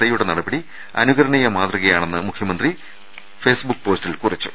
ഐയുടെ നടപടി അനുകരണീയ മാതൃകയാണെന്ന് മുഖ്യമന്ത്രി ഫേസ്ബുക്ക് പോസ്റ്റിൽ കുറിച്ചു